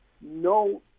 no